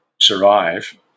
survive